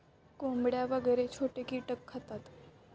कोंबड्या वगैरे छोटे कीटक खातात